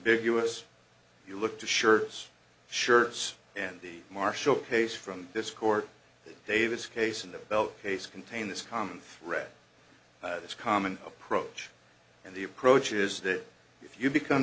big us you look to shirts shirts and the marshall case from this court davis case and the belt case contain this common thread it's common approach and the approach is that if you become